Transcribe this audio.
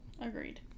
Agreed